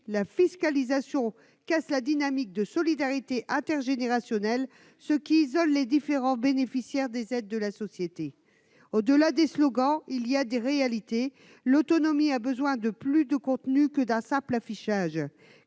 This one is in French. la fiscalisation casse la dynamique de solidarité intergénérationnelle, ce qui isole les différents bénéficiaires des aides de la société. Au-delà des slogans, il y a des réalités. La prise en charge de la perte d'autonomie mérite